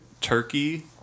Turkey